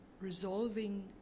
resolving